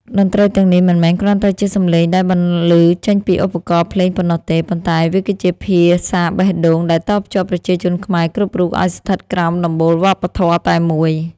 តន្ត្រីទាំងនេះមិនមែនគ្រាន់តែជាសម្លេងដែលបន្លឺចេញពីឧបករណ៍ភ្លេងប៉ុណ្ណោះទេ ប៉ុន្តែវាគឺជាភាសាបេះដូងដែលតភ្ជាប់ប្រជាជនខ្មែរគ្រប់រូបឱ្យស្ថិតក្រោមដំបូលវប្បធម៌តែមួយ។